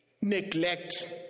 neglect